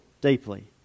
deeply